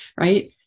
right